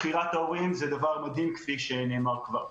בחירת ההורים, זה דבר מדהים כפי שכבר נאמר.